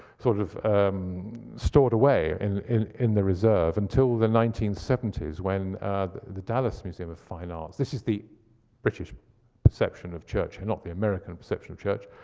sort of stored away and in in the reserve, until the nineteen seventy s, when the dallas museum of fine arts, this is the british perception of church, not the american perception of church,